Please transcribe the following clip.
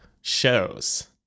shows